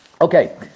Okay